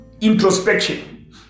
introspection